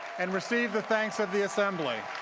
and receive the thanks of the assembly?